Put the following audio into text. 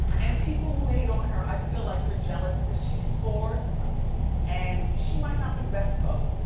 and people who hate on her, i feel like you're jealous cause she scored and she might not be the best cook.